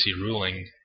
ruling